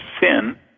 sin